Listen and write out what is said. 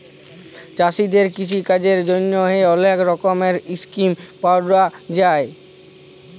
চাষীদের কিষিকাজের জ্যনহে অলেক রকমের ইসকিম পাউয়া যায়